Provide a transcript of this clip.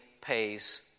pays